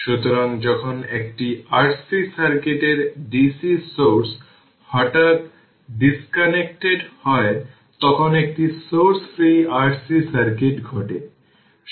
সুতরাং energy absorbed এর time t যা w R t 0 থেকে tpt dt এখানে p একটি ফাংশন t 0 থেকে t এটি হল ইকুয়েশন 16 v0 2R e এর পাওয়ার 2 tτ dt